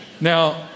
Now